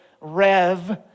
Rev